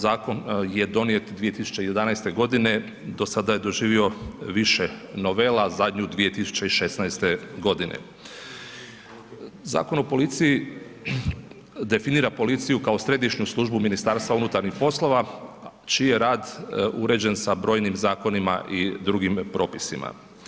Zakon je donijet 2011. g. do sada je doživio više novela, zadnju 2016.g. Zakon o policiji, definira policiju kao središnju službu u Ministarstvu unutarnjih poslova, čiji je rad, uređen sa brojnim zakonima i drugim propisima.